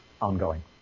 Ongoing